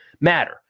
matter